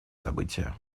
события